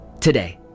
today